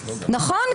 נכון?